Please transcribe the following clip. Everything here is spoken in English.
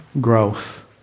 Growth